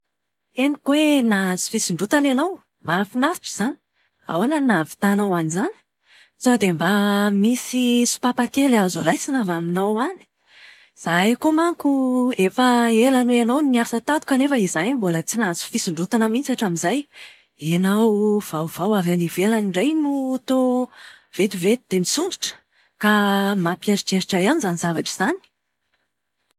Henoko hoe nahazo fisondrotana ianao, mahafinaritra izany! Ahoana no nahavitanao an’izany? Sao dia mba misy sopapa kely azo raisina avy aminao any? Zahay koa manko efa ela noho ianao no niasa tato kanefa izahay mbola tsy nahazo fisondrotana mihitsy hatramin'izay. Ianao vaovao avy any ivelany indray no toa vetivety dia nisondrotra? Ka mampieritreritra ihany izany zavatra izany!